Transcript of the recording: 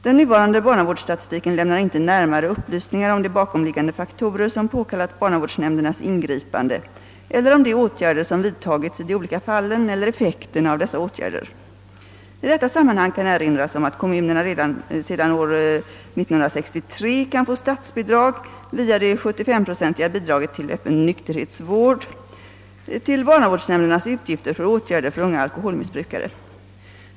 Den nuvarande barnavårdsstatistiken lämnar inte närmare upplysningar om de bakomliggande faktorer som påkallat barnavårdsnämndernas ingripande eller om de åtgärder som vidtagits i de olika fallen eller effekten av dessa åtgärder. I detta sammanhang kan erinras om att kommunerna sedan år 1963 kan få statsbidrag — via det 75-procentiga bidraget till öppen nykterhetsvård — till barnavårdsnämndernas utgifter för åtgärder för unga alkoholmissbrukare.